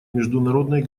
международной